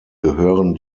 gehören